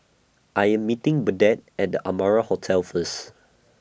I Am meeting Burdette At The Amara Hotel First